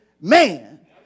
man